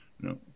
No